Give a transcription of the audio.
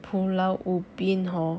pulau ubin hor